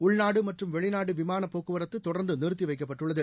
உள்நாடு மற்றும் வெளிநாடு விமானப் போக்குவரத்து தொடர்ந்து நிறுத்தி வைக்கப்பட்டுள்ளது